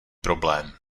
problém